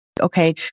okay